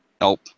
Nope